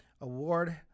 award